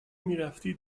میرفتی